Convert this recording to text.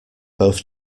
both